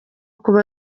kuba